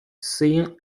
saying